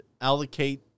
allocate